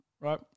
right